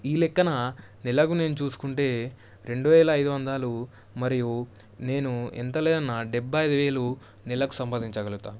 ఈ లెక్కన నెలకు నేను చూసుకుంటే రెండు వేల అయిదువందలు మరియు నేను ఎంత లేదన్నా డెబ్బై ఐదు వేలు నెలకు సంపాదించగలుగుతాను